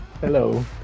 Hello